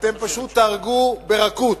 אתם פשוט תהרגו ברכות,